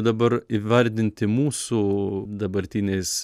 dabar įvardinti mūsų dabartiniais